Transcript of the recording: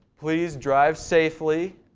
please drive safety